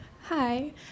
Hi